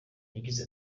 yagize